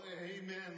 amen